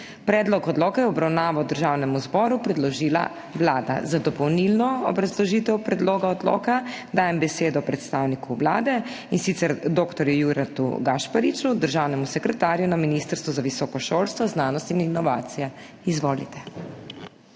Predlog odloka je v obravnavo Državnemu zboru predložila Vlada. Za dopolnilno obrazložitev predloga odloka dajem besedo predstavniku Vlade, in sicer dr. Juretu Gašpariču, državnemu sekretarju na Ministrstvu za visoko šolstvo, znanost in inovacije. Izvolite.